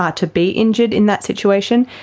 ah to be injured in that situation.